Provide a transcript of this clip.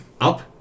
up